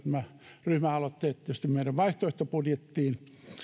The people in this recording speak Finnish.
nämä ryhmäaloitteet liittyvät tietysti meidän vaihtoehtobudjettiimme